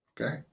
Okay